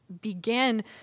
began